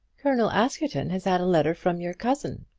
colonel askerton has had a letter from your cousin,